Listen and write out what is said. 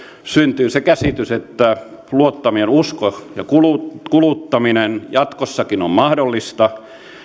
syntyy se käsitys että usko ja kuluttaminen jatkossakin on mahdollista